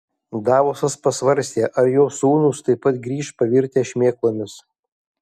davosas pasvarstė ar jo sūnūs taip pat grįš pavirtę šmėklomis